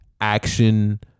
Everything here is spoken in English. action